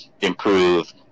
improve